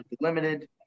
limited